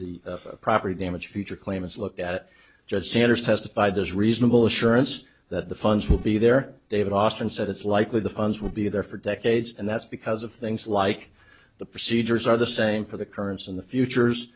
the property damage future claimants looked at judge sanders testified as reasonable assurance that the funds will be there david austin said it's likely the funds will be there for decades and that's because of things like the procedures are the same for the currents in the future